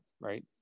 right